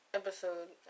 episode